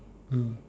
mm